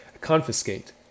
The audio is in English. confiscate